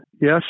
Yes